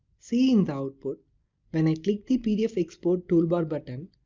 see in the output when i click the pdf export toolbar button,